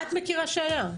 מה את מכירה שהיה?